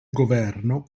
governo